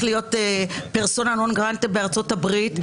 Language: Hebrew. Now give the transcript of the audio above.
להיות פרסונה נון גרטה בארצות הברית,